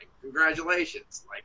Congratulations